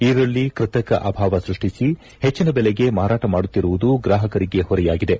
ಈರುಳ್ಳಿ ಕೃತಕ ಅಭಾವ ಸೃಷ್ಟಿಸಿ ಹೆಚ್ಚಿನ ಬೆಲೆಗೆ ಮಾರಾಟ ಮಾಡುತ್ತಿರುವುದು ಗ್ರಾಪಕರಿಗೆ ಹೊರೆಯಾಗಿದೆ